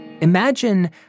Imagine